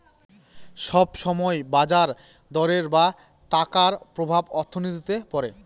সব সময় বাজার দরের বা টাকার প্রভাব অর্থনীতিতে পড়ে